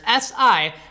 SI